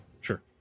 sure